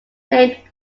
named